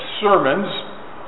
sermons